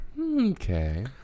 okay